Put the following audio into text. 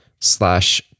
slash